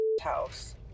house